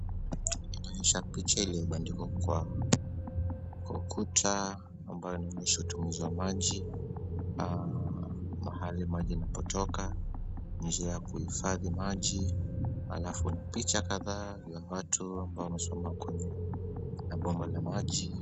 Inaonyesha picha iliyobandikwa kwa ukuta ambayo inaonyesha utumizi wa maji na mahali maji inapotoka, mazoea ya kuhifadhi maji alafu na picha kadhaa za watu ambao wamesimama kwenye bomba la maji.